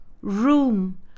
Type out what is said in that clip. room